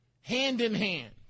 hand-in-hand